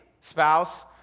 spouse